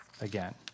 Again